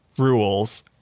rules